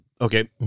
Okay